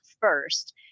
first